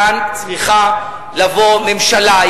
כאן צריכה לבוא ממשלה,